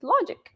logic